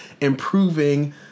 improving